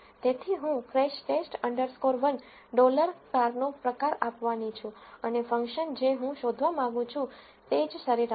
તેથી હું crash test underscore 1crashTest 1 કારનો પ્રકાર આપવાની છું અને ફંક્શન જે હું શોધવા માંગું છું તે જ સરેરાશ છે